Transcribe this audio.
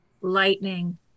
lightning